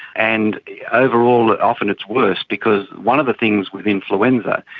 and overall often it's worse because one of the things with influenza,